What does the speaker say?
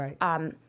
Right